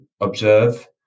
observe